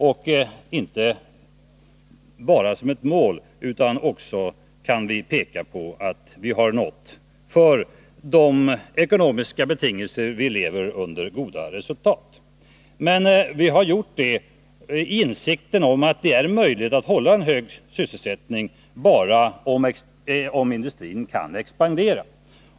Vi kan också peka på att vi har nått goda resultat med hänsyn till de ekonomiska betingelser som vi lever under. Vi har gjort det i insikten om att det är möjligt att hålla en hög sysselsättning bara om industrin kan expandera.